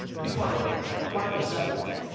people are quite receptive.